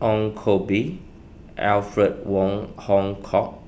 Ong Koh Bee Alfred Wong Hong Kwok